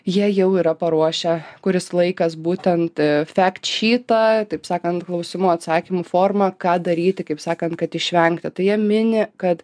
jie jau yra paruošę kuris laikas būtent fekt šytą taip sakant klausimų atsakymų forma ką daryti kaip sakant kad išvengti tai jie mini kad